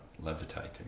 Levitating